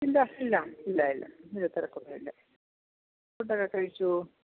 ഇല്ല ഇല്ല ഇല്ല ഇല്ല തിരക്കൊന്നുമില്ല ഫുഡൊക്കെ കഴിച്ചോ